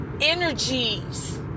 energies